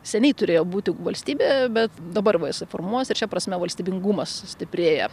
seniai turėjo būti valstybė bet dabar va jisai formuojasi ir šia prasme valstybingumas stiprėja